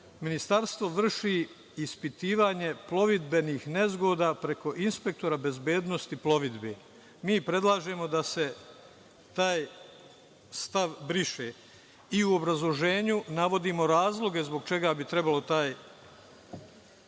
Ministarstvo vrši ispitivanje plovidbenih nezgoda preko inspektora bezbednosti plovidbe. Mi predlažemo da se taj stav briše i u obrazloženju navodimo razloge zbog čega bi trebalo taj